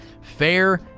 fair